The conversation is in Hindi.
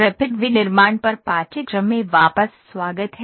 रैपिड विनिर्माण पर पाठ्यक्रम में वापस स्वागत है